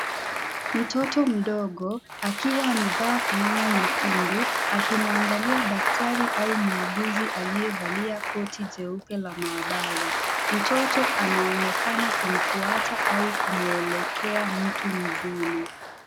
Mtoto mdogo akiwa amevaa fulana nyekundu akimwangalia daktari au muuguzi aliyevalia koti jeupe la maabara. Mtoto anaonekana kumfuata au kumwelekea mtu mzima.